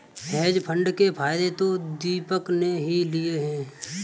hedge fund के फायदे तो दीपक ने ही लिए है